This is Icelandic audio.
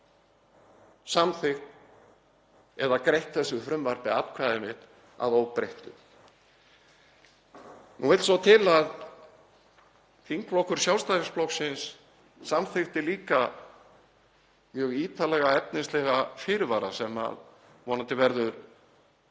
samþykkt eða greitt þessu frumvarpi atkvæði mitt að óbreyttu. Nú vill svo til að þingflokkur Sjálfstæðisflokksins samþykkti líka mjög ítarlega efnislega fyrirvara sem vonandi verður